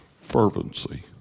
fervency